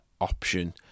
option